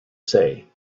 say